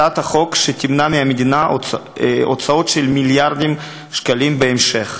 הצעת החוק שתמנע מהמדינה הוצאות של מיליארדים שקלים בהמשך.